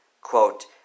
Quote